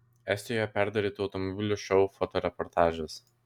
estijoje perdarytų automobilių šou fotoreportažas